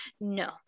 No